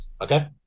Okay